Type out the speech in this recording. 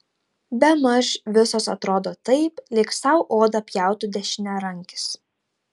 bemaž visos atrodo taip lyg sau odą pjautų dešiniarankis